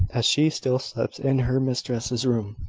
as she still slept in her mistress's room,